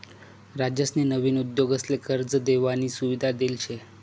राज्यसनी नवीन उद्योगसले कर्ज देवानी सुविधा देल शे